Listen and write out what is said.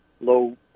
low